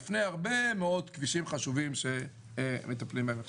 לפני הרבה מאוד כבישים חשובים שמטפלים בהם עכשיו.